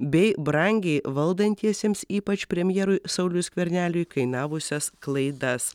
bei brangiai valdantiesiems ypač premjerui sauliui skverneliui kainavusias klaidas